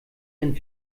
dann